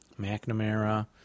McNamara